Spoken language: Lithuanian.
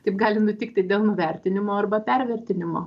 taip gali nutikti dėl nuvertinimo arba pervertinimo